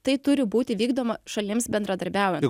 tai turi būti vykdoma šalims bendradarbiaujant